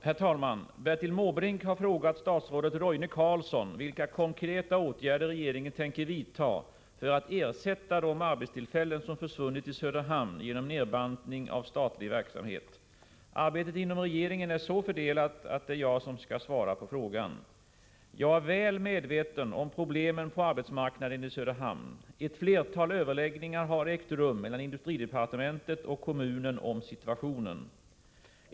Herr talman! Bertil Måbrink har frågat statsrådet Roine Carlsson vilka konkreta åtgärder regeringen tänker vidta för att ersätta de arbetstillfällen som försvunnit i Söderhamn genom nedbantning av statlig verksamhet. Arbetet inom regeringen är så fördelat att det är jag som skall svara på frågan. Jag är väl medveten om problemen på arbetsmarknaden i Söderhamn. Ett flertal överläggningar har ägt rum mellan industridepartementet och kommunen om situationen.